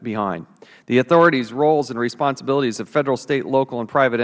behind the authorities roles and responsibilities of federal state local and private